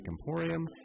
Emporium